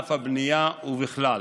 בענף הבנייה ובכלל.